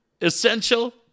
essential